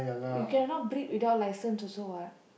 you cannot breed without license also what